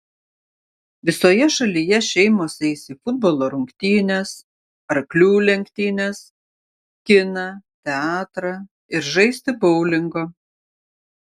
visoje šalyje šeimos eis į futbolo rungtynes arklių lenktynes kiną teatrą ir žaisti boulingo